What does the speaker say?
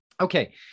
Okay